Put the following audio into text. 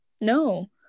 No